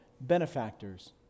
benefactors